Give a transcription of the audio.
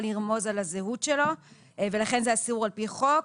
לרמוז על הזהות שלו ולכן זה אסור על פי חוק.